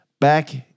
back